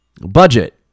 Budget